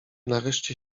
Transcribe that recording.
nareszcie